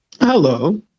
Hello